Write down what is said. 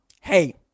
hey